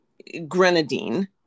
grenadine